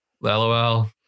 lol